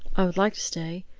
i would like to stay,